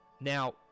Now